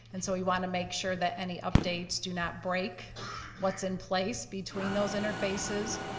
and so we wanna make sure that any updates do not break what's in place between those interfaces.